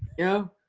yeah.